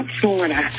Florida